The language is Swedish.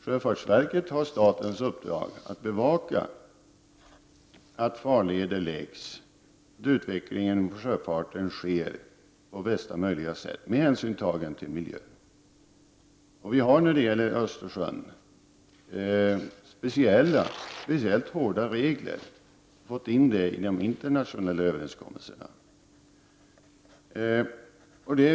Sjöfartsverket har statens uppdrag att bevaka hur farleder läggs och att utvecklingen av sjöfarten sker på bästa möjliga sätt med hänsyn tagen till miljön. När det gäller Östersjön har vi speciellt hårda regler, som vi även har fått in i de internationella överenskommelserna.